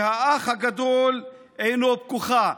שהאח הגדול עינו פקוחה.